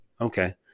Okay